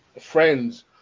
friends